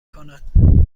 کند